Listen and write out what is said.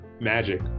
magic